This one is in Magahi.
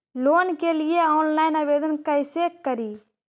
लोन के लिये ऑनलाइन आवेदन कैसे करि?